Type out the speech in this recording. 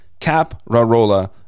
caprarola